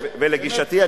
ולגישתי,